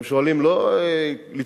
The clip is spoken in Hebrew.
הם שואלים שלא לצורך,